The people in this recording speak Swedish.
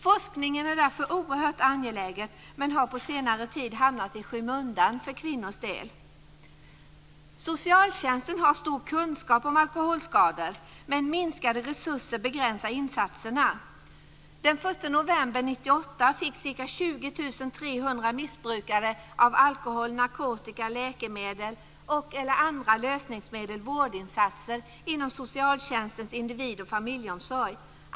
Forskningen är därför oerhört angelägen, men har på senare tid hamnat i skymundan för kvinnors del. Socialtjänsten har stor kunskap om alkoholskador, men minskade resurser begränsar insatserna. Den 1 november 1998 fick ca 20 300 missbrukare av alkohol, narkotika, läkemedel eller andra lösningsmedel vårdinsatser inom socialtjänstens individ och familjeomsorg.